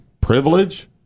privilege